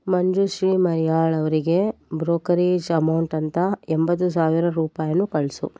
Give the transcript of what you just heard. ಮಂಜುಶ್ರೀ ಮರೀಹಾಳ್ ಅವರಿಗೆ brokerage amount ಅಂತ ಎಂಬತ್ತು ಸಾವಿರ ರೂಪಾಯನ್ನು ಕಳಿಸು